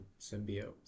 Symbiotes